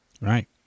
Right